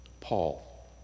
Paul